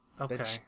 Okay